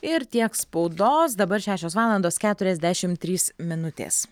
ir tiek spaudos dabar šešios valandos keturiasdešim trys minutės